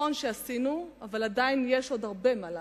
נכון שעשינו אבל עדיין יש עוד הרבה מה לעשות,